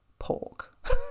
pork